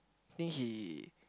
think he